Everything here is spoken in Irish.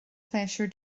pléisiúr